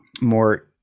more